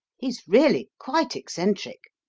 he's really quite eccentric.